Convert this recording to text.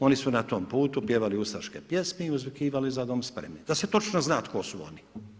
Oni su na tom putu pjevali ustaške pjesme i uzvikivali Za dom spremi, da se točno zna tko su oni.